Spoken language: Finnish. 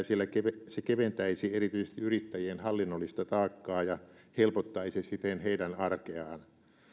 sillä se keventäisi erityisesti yrittäjien hallinnollista taakkaa ja helpottaisi siten heidän arkeaan